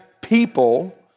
people